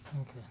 okay